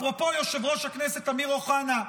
אפרופו, יושב-ראש הכנסת אמיר אוחנה,